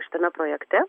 šitame projekte